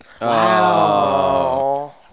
Wow